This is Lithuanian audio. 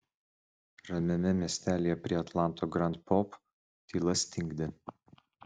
ramiame miestelyje prie atlanto grand pope tyla stingdė